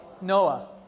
Noah